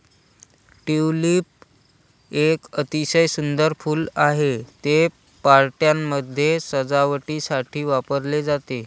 tulip एक अतिशय सुंदर फूल आहे, ते पार्ट्यांमध्ये सजावटीसाठी वापरले जाते